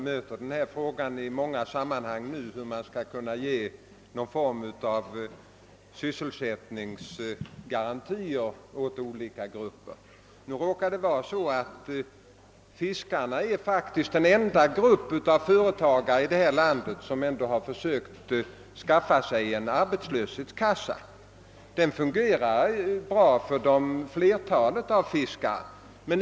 Herr talman! Vi möter numera i många sammanhang frågan hur man skall kunna ge någon form av sysselsättningsgaranti åt olika grupper. Nu råkar det vara så att fiskarna faktiskt är den enda grupp företagare i detta land som har skaffat sig en arbetslöshetskassa. Den fungerar bra för flertalet fiskare.